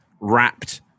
wrapped